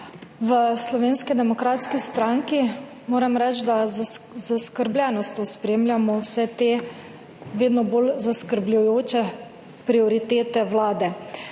V Slovenski demokratski stranki moram reči, da z zaskrbljenostjo spremljamo vse te vedno bolj zaskrbljujoče prioritete Vlade.